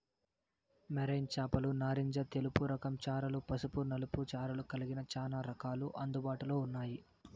marine చేపలు నారింజ తెలుపు రకం చారలు, పసుపు నలుపు చారలు కలిగిన చానా రకాలు అందుబాటులో ఉన్నాయి